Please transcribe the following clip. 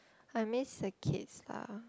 I miss the kids lah